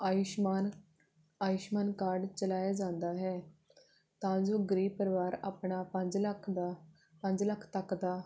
Ayushman Ayushman card ਚਲਾਇਆ ਜਾਂਦਾ ਹੈ ਤਾਂ ਜੋ ਗਰੀਬ ਪਰਿਵਾਰ ਆਪਣਾ ਪੰਜ ਲੱਖ ਦਾ ਪੰਜ ਲੱਖ ਤੱਕ ਦਾ